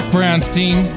Brownstein